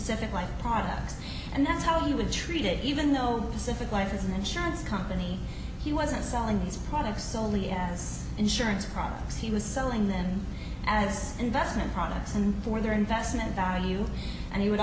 pacific life products and that's how you would treat it even though civic life as an insurance company he wasn't selling these products only as insurance products he was selling them as investment products and for their investment value and he would